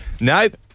Nope